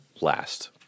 last